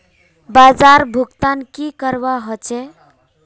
बाजार भुगतान की करवा होचे?